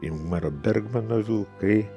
ingmaro bergmano vilkai